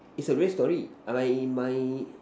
it's a weird story I my my